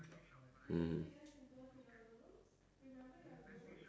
mm